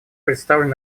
представлен